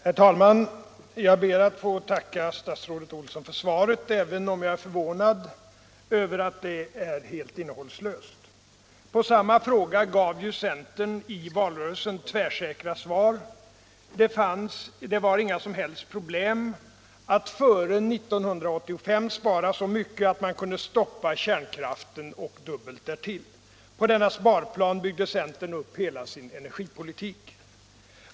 Herr talman! Jag ber att få tacka statsrådet Olsson för svaret, även om jag är förvånad över att det är helt innehållslöst. På samma fråga gav ju centern i valrörelsen tvärsäkra svar: det var inga som helst problem med att före 1985 spara så mycket att man kunde stoppa kärnkraften och dubbelt därtill. På denna sparplan byggde centern upp hela sin ener 25 att spara elkraft i hushållen gipolitik.